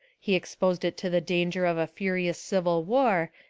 he exposed it to the danger of a furious civil war,